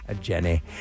Jenny